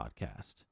podcast